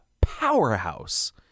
powerhouse